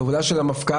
בהובלה של המפכ"ל,